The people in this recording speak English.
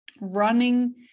running